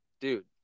dude